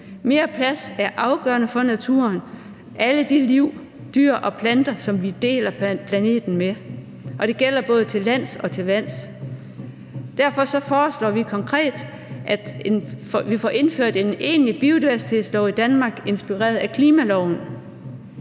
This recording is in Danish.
Mere plads er afgørende for naturen – for alt det liv, dyre- og planteliv, som vi deler planeten med. Og det gælder både til lands og til vands. Derfor foreslår vi konkret, at vi får indført en egentlig biodiversitetslov i Danmark, inspireret af klimaloven.